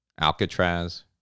Alcatraz